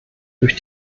durch